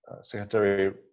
Secretary